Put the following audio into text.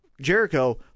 Jericho